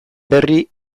berri